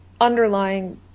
underlying